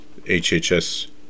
HHS